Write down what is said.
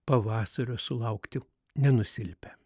pavasario sulaukti nenusilpę